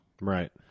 Right